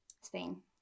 Spain